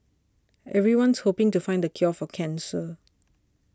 everyone's hoping to find the cure for cancer